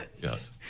Yes